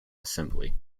assembly